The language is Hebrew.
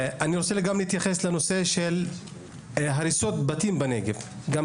נושא נוסף הוא הנושא של הריסות בתים בנגב: גם